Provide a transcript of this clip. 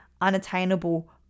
unattainable